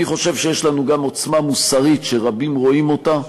אני חושב שיש לנו גם עוצמה מוסרית שרבים רואים אותה,